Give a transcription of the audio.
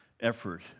Effort